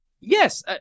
Yes